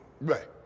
Right